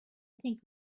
think